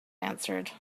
answered